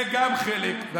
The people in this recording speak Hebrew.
זה גם חלק,